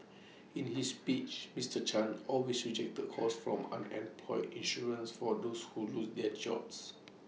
in his speech Mister chan always rejected calls for an unemployed insurance for those who lose their jobs